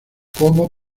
como